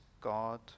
God